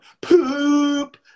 Poop